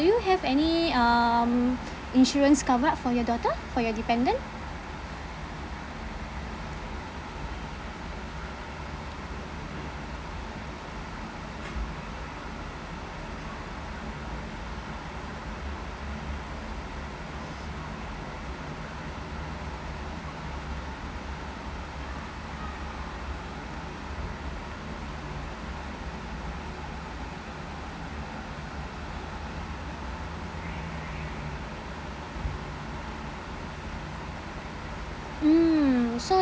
do you have any um insurance cover up for your daughter for your dependent mm so